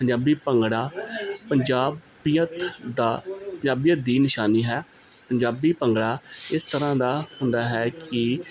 ਪੰਜਾਬੀ ਭੰਗੜਾ ਪੰਜਾਬੀਅਤ ਦਾ ਪੰਜਾਬੀਅਤ ਦੀ ਨਿਸ਼ਾਨੀ ਹੈ ਪੰਜਾਬੀ ਭੰਗੜਾ ਇਸ ਤਰ੍ਹਾਂ ਦਾ ਹੁੰਦਾ ਹੈ ਕਿ